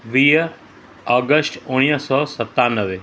वीह आगस्ट उणिवीह सौ सतानवे